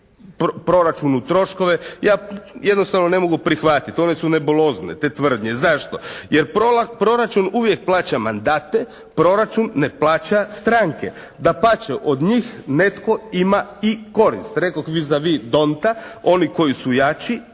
proračunu troškove ja jednostavno ne mogu prihvatiti. One su nebulozne, te tvrdnje, zašto? Jer proračun uvijek plaća mandate, proračun ne plaća stranke. Dapače od njih netko ima i korist. Rekoh vis avis «Tonta» oni koji su jači